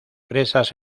presas